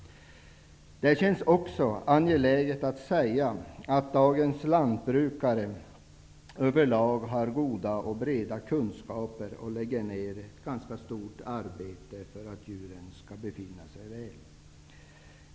Det känns också angeläget att säga att dagens lantbrukare över lag har goda och breda kunskaper och lägger ned ett stort arbete på djurens välbefinnande.